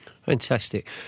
Fantastic